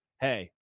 hey